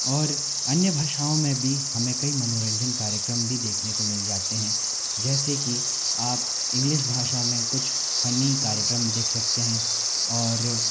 और अन्य भाषाओं में भी हमें कई मनोरंजन कार्यक्रम भी देखने को मिल जाते हैं जैसे कि आप इंग्लिश भाषा में कुछ फनी कार्यक्रम देख सकते हैं और